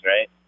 right